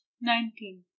Nineteen